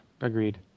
agreed